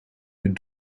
het